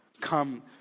Come